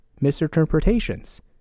misinterpretations